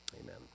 Amen